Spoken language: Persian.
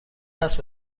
هست